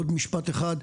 עוד משפט אחד,